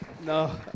No